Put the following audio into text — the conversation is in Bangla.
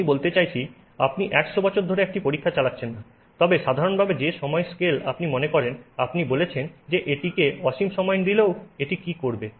আমি বলতে চাইছি আপনি 100 বছর ধরে একটি পরীক্ষা চালাচ্ছেন না তবে সাধারণভাবে যে ধরণের সময় স্কেল আপনি মনে করেন আপনি বলেছেন যে এটিকে অসীম সময় দিলেও এটি কি করবে